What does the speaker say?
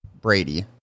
Brady